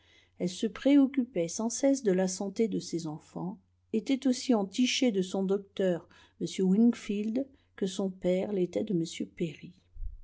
elle se préoccupait sans cesse de la santé de ses enfants était aussi entichée de son docteur m wingfield que son père l'était de m perry